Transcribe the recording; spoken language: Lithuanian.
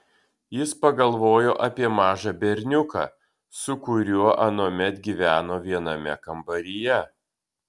jis pagalvojo apie mažą berniuką su kuriuo anuomet gyveno viename kambaryje